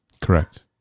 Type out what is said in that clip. Correct